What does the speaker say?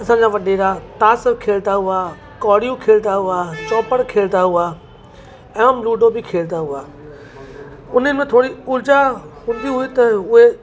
असांजा वॾेरा ताश खेॾंदा हुआ कौड़ियूं खेॾंदा हुआ चौपड़ खेॾंदा हुआ एवं लूडो बि खेॾंदा हुआ उने में थोरी ऊर्जा हूंदियूं हुयूं त उहे